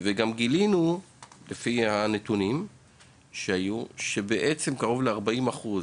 גילינו גם לפי הנתונים האלה שקרוב ל-40% מתוכם,